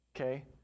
okay